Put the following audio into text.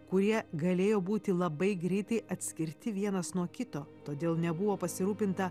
kurie galėjo būti labai greitai atskirti vienas nuo kito todėl nebuvo pasirūpinta